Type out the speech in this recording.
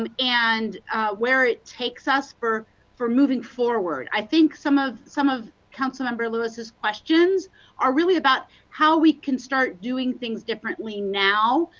um and where it takes us, for for moving forward. i think some of some of councilmember lewis is questions are really about how we can start doing things differently now,